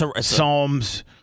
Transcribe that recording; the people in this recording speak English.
Psalms